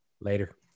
Later